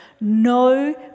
No